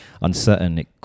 uncertain